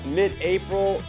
mid-April